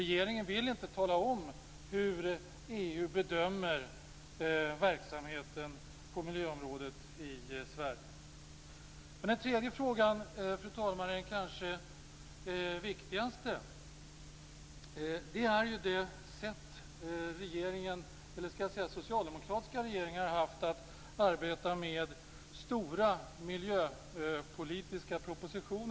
Regeringen vill inte tala om hur EU bedömer verksamheten på miljöområdet i Sverige. Den tredje frågan, fru talman, är kanske den viktigaste. Det är det sätt socialdemokratiska regeringar har arbetat med stora miljöpolitiska propositioner på.